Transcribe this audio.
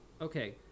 Okay